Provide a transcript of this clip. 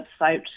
website